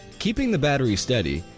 keeping the battery steady,